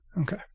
Okay